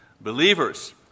believers